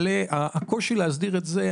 והקושי להסדיר את זה,